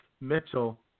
Mitchell